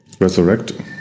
resurrect